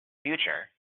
future